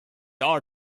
our